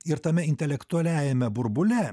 ir tame intelektualiajame burbule